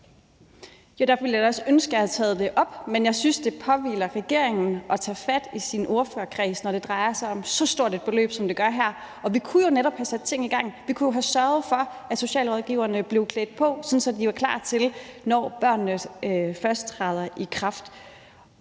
jeg også ønske, jeg havde taget det op. Men jeg synes, det påhviler regeringen at tage fat i ordførerkredsen, når det drejer sig om så stort et beløb, som det gør her. Vi kunne jo netop have sat ting i gang. Vi kunne jo have sørget for, at socialrådgiverne blev klædt på, sådan at de var klar, når »Børnene Først« træder i kraft.